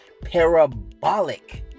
parabolic